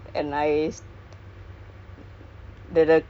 oh I I I know the I know the